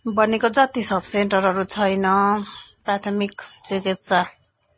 भनेको जति सब सेन्टरहरू छैन प्राथमिक चिकित्सा